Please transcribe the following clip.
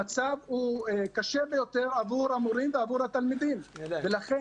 המצב הוא קשה ביותר עבור המורים ועבור התלמידים ולכן